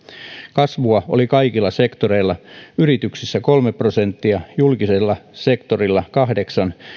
kasvua oli kaikilla sektoreilla yrityksissä kolme prosenttia julkisella sektorilla kahdeksan prosenttia